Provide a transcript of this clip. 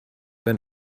wenn